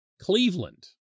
Cleveland